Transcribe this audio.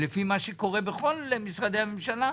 ולפי מה שקורה בכל משרדי הממשלה,